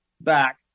back